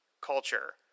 culture